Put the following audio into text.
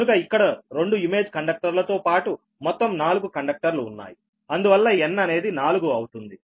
కనుక ఇక్కడ రెండు ఇమేజ్ కండక్టర్ ల తో పాటు మొత్తం నాలుగు కండక్టర్లు ఉన్నాయి అందువలన n అనేది నాలుగు అవుతుంది